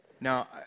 Now